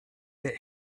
that